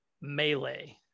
melee